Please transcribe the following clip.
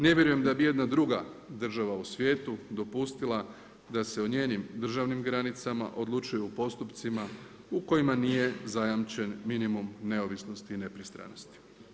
Ne vjerujem da bi i jedna druga država u svijetu, dopustila da se o njenim državnim granicama odlučuju u postupcima u kojima nije zajamčen minimum neovisnosti i nepristranosti.